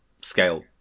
scale